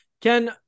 Ken